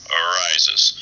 arises